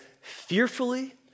fearfully